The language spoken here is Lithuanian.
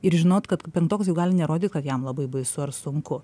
ir žinot kad penktokas jau gali nerodyt kad jam labai baisu ar sunku